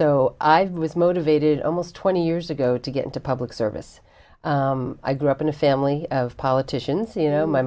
so i was motivated almost twenty years ago to get into public service i grew up in a family of politicians you know my